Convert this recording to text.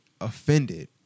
offended